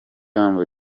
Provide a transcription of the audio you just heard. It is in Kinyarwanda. humble